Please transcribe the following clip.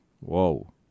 Whoa